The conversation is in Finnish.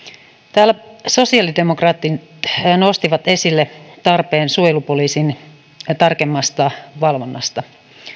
täällä sosiaalidemokraatit nostivat esille tarpeen suojelupoliisin tarkemmasta valvonnasta